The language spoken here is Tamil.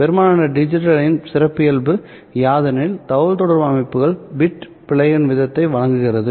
பெரும்பாலான டிஜிட்டலின் சிறப்பியல்பு யாதெனில் தகவல் தொடர்பு அமைப்புகள் பிட் பிழை வீதத்தை வழங்குகிறது